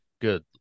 Good